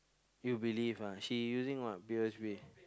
you believe ah she using what P_O_S_B